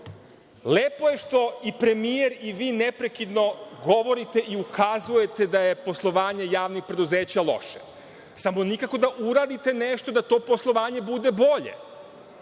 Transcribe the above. lepo je što premijer i vi neprekidno govorite i ukazujete da je poslovanje javnih preduzeća loše, ali samo nikako da uradite nešto da to poslovanje bude bolje.